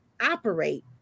operate